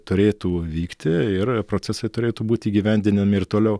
turėtų vykti ir procesai turėtų būti įgyvendinami ir toliau